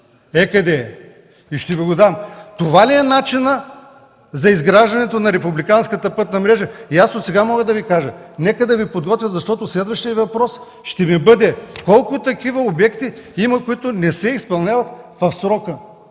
Ето къде е и ще Ви го дам. Това ли е начинът за изграждането на републиканската пътна мрежа? Отсега мога да Ви кажа, нека да Ви го подготвят, следващият ми въпрос ще бъде: колко такива обекти има, които не се изпълняват в срока,